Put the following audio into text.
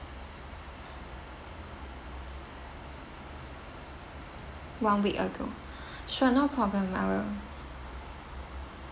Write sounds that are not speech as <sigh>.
one week ago <breath> sure no problem I will